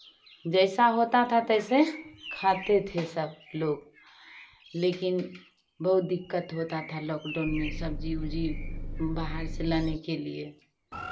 जैसा होता था तैसे खाते थे सब लोग लेकिन बहुत दिक्कत होता था लॉकडाउन में सब्जी उब्जी बाहर से लाने के लिए